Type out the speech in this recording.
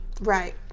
Right